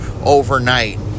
Overnight